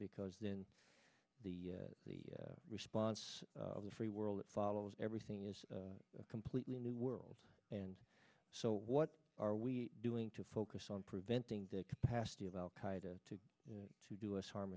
because then the the response of the free world that follows everything is a completely new world and so what are we doing to focus on preventing the capacity of al qaeda to to do us harm